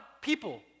people